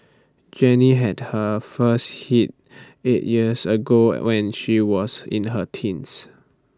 Jenny had her first hit eight years ago when she was in her teens